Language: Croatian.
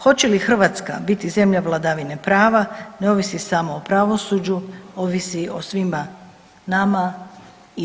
Hoće li Hrvatska biti zemlja vladavine prave ne ovisi samo o pravosuđu ovisi i o svima nama i vama.